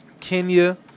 Kenya